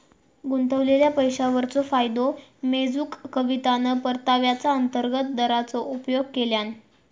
गुंतवलेल्या पैशावरचो फायदो मेजूक कवितान परताव्याचा अंतर्गत दराचो उपयोग केल्यान